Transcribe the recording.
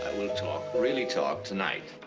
we'll talk, really talk, tonight.